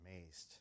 amazed